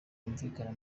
yumvikana